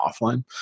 offline